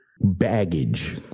Baggage